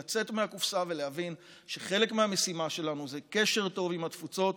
לצאת מהקופסה ולהבין שחלק מהמשימה שלנו זה קשר טוב עם התפוצות,